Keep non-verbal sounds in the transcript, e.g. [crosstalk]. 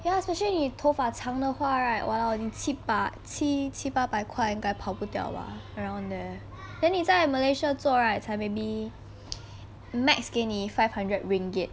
ya especially 你头发长的话 right !walao! 就七八七七八百块应该跑不掉啊 around there then 你在 malaysia 做 right 才 maybe [noise] max 给你 five hundred ringgit